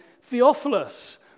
Theophilus